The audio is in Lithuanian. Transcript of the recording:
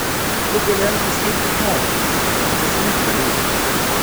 tu gali elgtis kaip tik nori bet prisimink kaliūzę